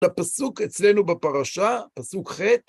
לפסוק אצלנו בפרשה, פסוק ח'